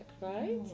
right